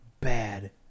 bad